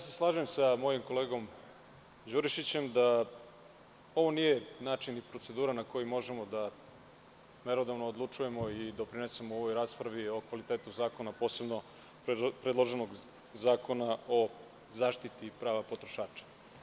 Slažem se sa mojim kolegom Đurišićem da ovo nije način i procedura na koji možemo da merodavno odlučujemo i doprinesemo ovoj raspravi o kvalitetu zakona, posebno predloženog Zakona o zaštiti i prava potrošača.